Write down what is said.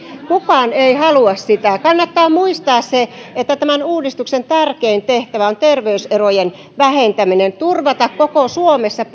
kukaan ei halua sitä kannattaa muistaa se että tämän uudistuksen tärkein tehtävä on terveyserojen vähentäminen palveluiden turvaaminen ihmisille koko suomessa